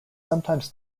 sometimes